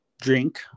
drink